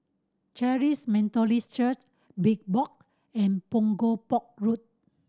Christ Methodist Church Big Box and Punggol Port Road